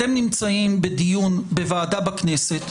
אתם נמצאים בדיון בוועדה בכנסת.